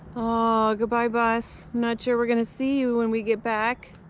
oh goodbye, bus. not sure we're gonna see you when we get back.